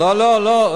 לא לא,